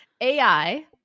AI